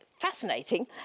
fascinating